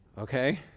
okay